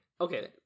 Okay